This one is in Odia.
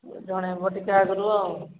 ଜଣେ ବଟିକା ଆଗରୁ ଆଉ